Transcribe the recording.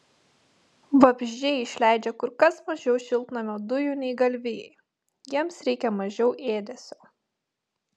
vabzdžiai išleidžia kur kas mažiau šiltnamio dujų nei galvijai jiems reikia mažiau ėdesio